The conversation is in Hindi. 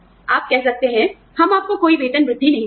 आप कह सकते हैं हम आपको कोई वेतन वृद्धि नहीं देंगे